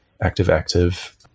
active-active